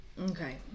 Okay